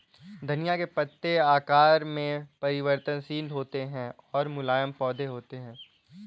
धनिया के पत्ते आकार में परिवर्तनशील होते हैं और मुलायम पौधे होते हैं